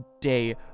day